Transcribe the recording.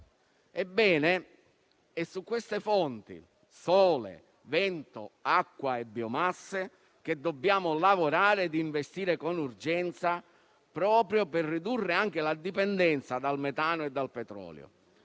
Ebbene, è su queste fonti (sole, vento, acqua e biomasse) che dobbiamo lavorare e investire con urgenza, proprio per ridurre la dipendenza dal metano e dal petrolio.